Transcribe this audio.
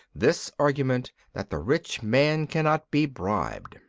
this argument that the rich man cannot be bribed.